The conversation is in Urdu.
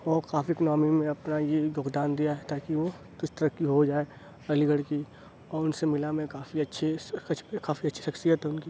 اور کافی اکنامی میں اپنا یہ یوگدان دیا ہے تاکہ وہ کچھ ترقی ہو جائے علی گڑھ کی اور اُن سے ملا میں کافی اچھی کافی اچھی شخصیت ہے اُن کی